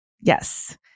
Yes